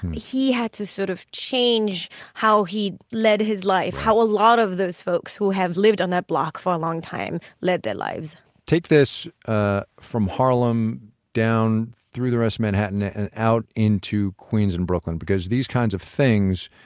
he had to sort of change how he led his life, how a lot of those folks who have lived on that block for a long time led their lives take this ah from harlem down through the rest of manhattan and out into queens and brooklyn, because these kinds of things